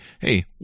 hey